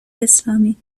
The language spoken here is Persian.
اسلامی